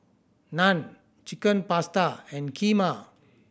Naan Chicken Pasta and Kheema